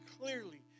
clearly